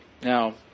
Now